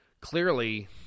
clearly